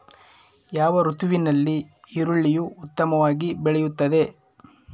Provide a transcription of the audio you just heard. ಯಾವ ಋತುವಿನಲ್ಲಿ ಈರುಳ್ಳಿಯು ಉತ್ತಮವಾಗಿ ಬೆಳೆಯುತ್ತದೆ?